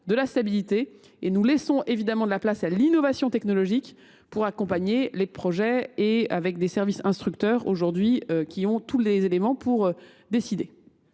de la stabilité. Nous laissons évidemment de la place à l’innovation technologique pour accompagner les projets. Les services instructeurs disposent aujourd’hui de tous les éléments pour prendre